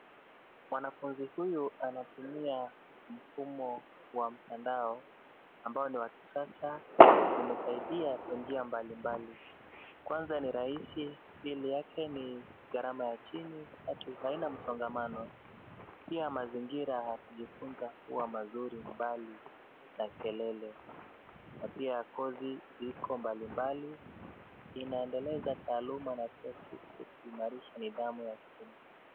Mwanafunzi huyu anatumia mfumo wa mtandao ambao ni wa kisasa. Umesaidia kwa njia mbalimbali. Kwanza ni rahisi, pili yake ni gharama ya chini, tatu, haina msongamano. Pia mazingira ya kujifunza huwa mazuri mbali na kelele na pia kozi iko mbalimbali. Inaendeleza taaluma na taazizi kuimarisha nidhamu ya kenesi.